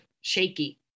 shaky